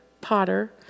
potter